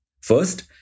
First